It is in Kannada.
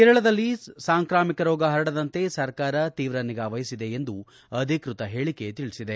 ಕೇರಳದಲ್ಲಿ ಸಾಂಕ್ರಾಮಿಕ ರೋಗ ಹರಡದಂತೆ ಸರ್ಕಾರ ತೀವ್ರ ನಿಗಾ ವಹಿಸಿದೆ ಎಂದು ಅಧಿಕ್ಷತ ಹೇಳಿಕೆ ತಿಳಿಸಿದೆ